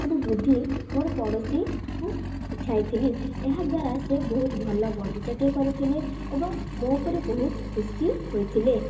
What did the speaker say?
ସବୁ ବୁଦ୍ଧି ମୋର ପଡ଼ୋଶୀକୁ ଶିଖାଇଥିଲି ଏହା ଦ୍ୱାରା ସେ ବହୁତ ଭଲ ବଗିଚାଟେ କରିଥିଲେ ଏବଂ ମୋ ଉପରେ ବହୁତ ଖୁସି ହୋଇଥିଲେ